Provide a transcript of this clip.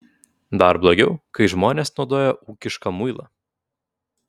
dar blogiau kai žmonės naudoja ūkišką muilą